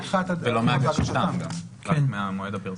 רק ממועד הפרסום.